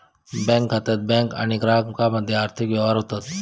bank खात्यात bank आणि ग्राहकामध्ये आर्थिक व्यवहार होतत